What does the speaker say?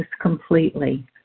completely